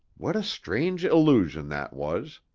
what a strange illusion that was!